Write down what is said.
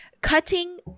Cutting